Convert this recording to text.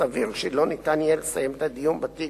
סביר שלא ניתן יהיה לסיים את הדיון בתיק